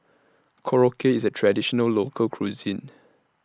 Korokke IS A Traditional Local Cuisine